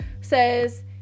says